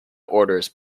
orders